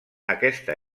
aquesta